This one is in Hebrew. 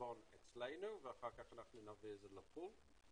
לחשבון אצלנו ואחר כך נעביר את זה לחו"ל.